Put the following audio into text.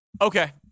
Okay